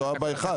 יש לו אבא אחד?